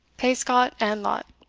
pay scot and lot,